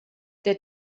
der